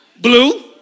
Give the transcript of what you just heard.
blue